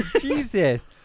Jesus